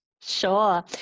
Sure